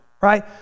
right